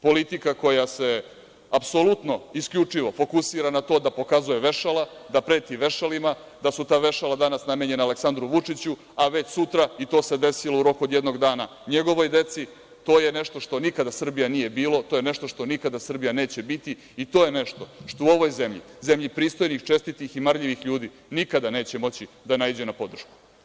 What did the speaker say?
Politika koja se apsolutno i isključivo fokusira na to da pokazuje vešala, da preti vešalima, da su ta vešala danas namenjena Aleksandru Vučiću, a već sutra njegovoj deci, i to se desilo u roku od jednog dana, to je nešto što nikada Srbija nije bila, to je nešto što nikada Srbija neće biti i to je nešto što u ovoj zemlji, zemlji pristojnih, čestitih i marljivih ljudi, nikada neće moći da naiđe na podršku.